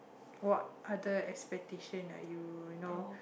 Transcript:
what other expectation are you know